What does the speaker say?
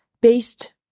based